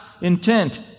intent